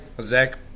Zach